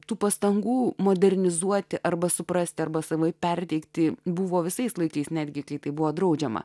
tų pastangų modernizuoti arba suprasti arba savaip perteikti buvo visais laikais netgi tai buvo draudžiama